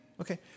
Okay